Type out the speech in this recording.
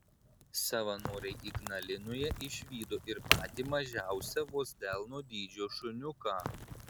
savanoriai ignalinoje išvydo ir patį mažiausią vos delno dydžio šuniuką